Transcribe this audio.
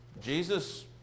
Jesus